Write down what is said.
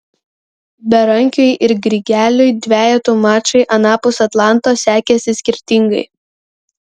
berankiui ir grigeliui dvejetų mačai anapus atlanto sekėsi skirtingai